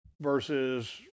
versus